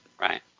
Right